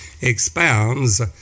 expounds